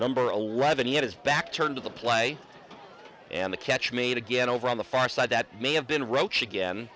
number eleven he had his back turned to the play and the catch made a get over on the far side that may have been roach